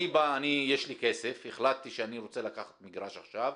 יש לי כסף, החלטתי שאני רוצה לקחת מגרש עכשיו.